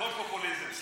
הכול פופוליזם,